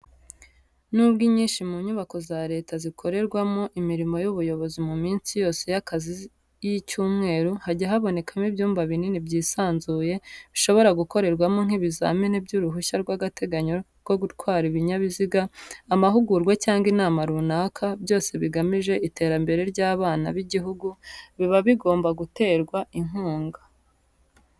Nubwo inyinshi mu nyubako za leta zikorerwamo imirimo y'ubuyobozi mu minsi yose y'akazi y'icyumweru, hajya haboneka ibyumba binini byisanzuye bishobora gukorerwamo nk'ibizamini by'uruhushya rw'agateganyo rwo gutwara ibinyabiziga, amahugurwa cyangwa inama runaka, byose bigamije iterambere ry'abana b'igihugu, biba bigomba guterwa inkunga.